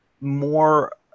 more